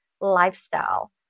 lifestyle